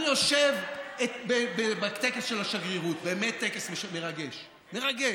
אני יושב בטקס של השגרירות באמת טקס מרגש, מרגש.